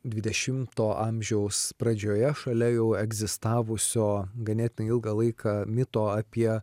dvidešimto amžiaus pradžioje šalia jau egzistavusio ganėtinai ilgą laiką mito apie